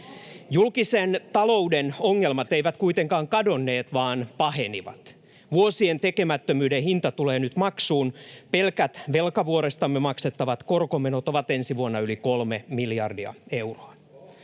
Julkisen talouden ongelmat eivät kuitenkaan kadonneet vaan pahenivat. Vuosien tekemättömyyden hinta tulee nyt maksuun. Pelkät velkavuorestamme maksettavat korkomenot ovat ensi vuonna yli kolme miljardia euroa.